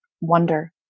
wonder